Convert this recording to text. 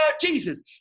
Jesus